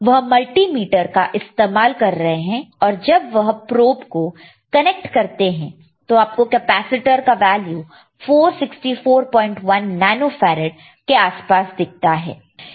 वही मल्टीमीटर का इस्तेमाल कर रहे हैं और जब वह प्रोब को कनेक्ट करते हैं तो आपको कैपेसिटर का वैल्यू 4641 नैनो फैराड के आसपास दिखता है